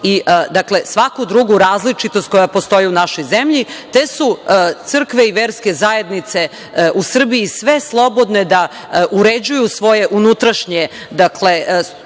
i svaku drugu različitost koja postoji u našoj zemlji. Te su crkve i verske zajednice u Srbiji sve slobodne da uređuju svoje unutrašnje, dakle,